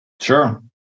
Sure